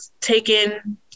taken